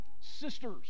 sisters